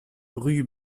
rue